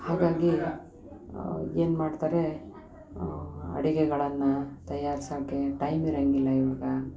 ಹಾಗಾಗಿ ಏನು ಮಾಡ್ತಾರೆ ಅಡುಗೆಗಳನ್ನ ತಯಾರ್ಸೋಕ್ಕೆ ಟೈಮ್ ಇರೋಂಗಿಲ್ಲ ಇವಾಗ